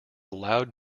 loud